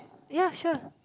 ya sure